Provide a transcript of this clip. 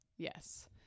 Yes